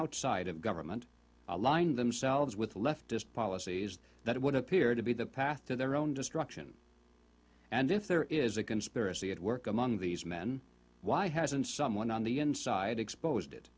outside of government aligned themselves with leftist policies that would appear to be the path to their own destruction and if there is a conspiracy at work among these men why hasn't someone on the inside exposed it